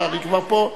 את תישארי כבר פה,